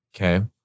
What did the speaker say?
Okay